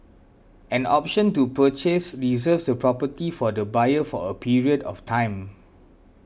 an option to purchase reserves the property for the buyer for a period of time